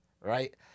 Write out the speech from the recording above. right